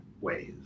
ways